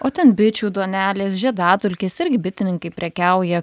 o ten bičių duonelės žiedadulkės irgi bitininkai prekiauja